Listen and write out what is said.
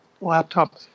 laptop